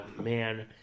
man